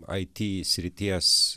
ai ty srities